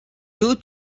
two